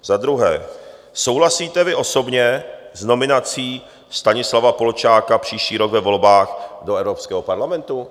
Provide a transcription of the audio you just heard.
Za druhé, souhlasíte vy osobně s nominací Stanislava Polčáka příští rok ve volbách do Evropského parlamentu?